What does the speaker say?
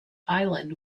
island